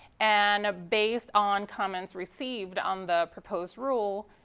and based on comments received on the proposed rule,